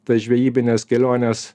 tas žvejybines keliones